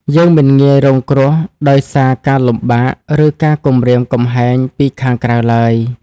យើងមិនងាយរងគ្រោះដោយសារការលំបាក ឬការគំរាមកំហែងពីខាងក្រៅឡើយ។